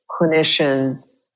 clinicians